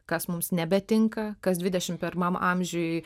kas mums nebetinka kas dvidešim pirmam amžiuj